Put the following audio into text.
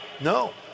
No